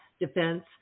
defense